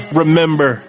remember